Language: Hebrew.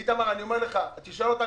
איתמר, אני אומר לך, תשאל אותם,